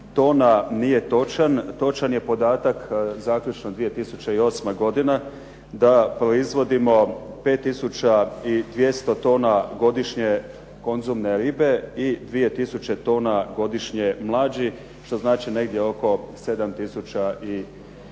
tona, nije točan. Točan je podatak zaključno 2008. da proizvodimo 5 tisuća i 200 tona konzumne ribe i 2 tisuća tona godišnje mlađi, što znači negdje oko 7 tisuća